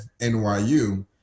NYU